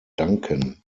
danken